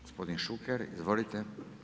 Gospodin Šuker, izvolite.